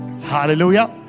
Hallelujah